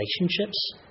relationships